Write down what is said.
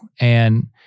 And-